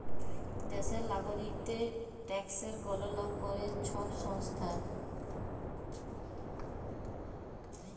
দ্যাশের লাগরিকদের ট্যাকসের গললা ক্যরে ছব সংস্থা